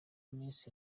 miss